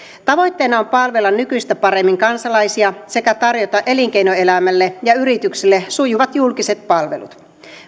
tavoitteena on palvella nykyistä paremmin kansalaisia sekä tarjota elinkeinoelämälle ja yrityksille sujuvat julkiset palvelut